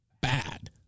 bad